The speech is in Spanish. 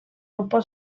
grupo